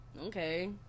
okay